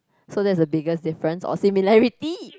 so that's the biggest difference or similarity